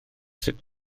sut